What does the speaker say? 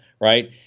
Right